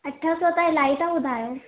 अठ सौ त इलाही था ॿुधायो